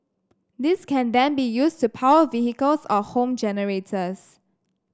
this can then be used to power vehicles or home generators